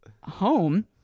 home